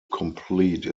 complete